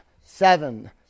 seven